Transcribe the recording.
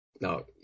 Now